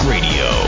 Radio